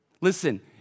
Listen